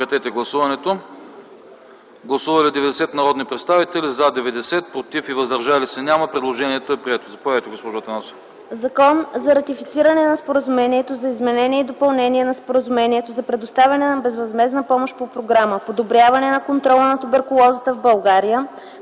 предложение. Гласували 90 народни представители: за 90, против и въздържали се няма. Предложението е прието. ДОКЛАДЧИК ДЕСИСЛАВА АТАНАСОВА: „ЗАКОН за ратифициране на Споразумението за изменение и допълнение на Споразумението за предоставяне на безвъзмездна помощ по Програма „Подобряване на контрола на туберкулозата в България”